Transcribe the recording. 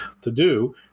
to-do